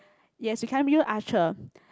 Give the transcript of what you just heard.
yes you can be a archer